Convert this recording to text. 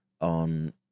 on